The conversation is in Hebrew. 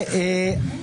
נוהג.